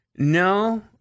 No